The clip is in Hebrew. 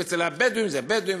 ואצל הבדואים זה בדואי,